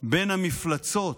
בין המפלצות,